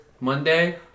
Monday